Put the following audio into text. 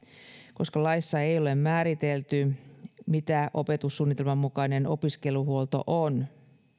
koska laissa ei ole määritelty mitä opetussuunnitelman mukainen opiskeluhuolto on